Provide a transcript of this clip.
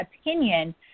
opinion